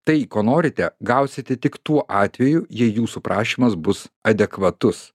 tai ko norite gausite tik tuo atveju jei jūsų prašymas bus adekvatus